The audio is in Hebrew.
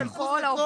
השכר של כל העובדים.